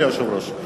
אדוני היושב-ראש,